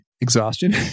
exhaustion